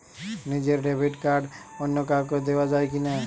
নিজের debit card অন্য কাউকে দেওয়া যায় কি না?